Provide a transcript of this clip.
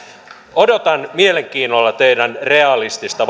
odotan mielenkiinnolla teidän realistista